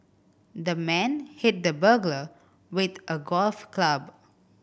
the man hit the burglar with a golf club